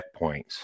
checkpoints